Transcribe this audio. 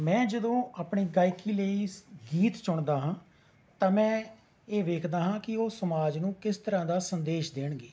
ਮੈਂ ਜਦੋਂ ਆਪਣੀ ਗਾਇਕੀ ਲਈ ਸ ਗੀਤ ਚੁਣਦਾ ਹਾਂ ਤਾਂ ਮੈਂ ਇਹ ਵੇਖਦਾ ਹਾਂ ਕਿ ਉਹ ਸਮਾਜ ਨੂੰ ਕਿਸ ਤਰ੍ਹਾਂ ਦਾ ਸੰਦੇਸ਼ ਦੇਣਗੇ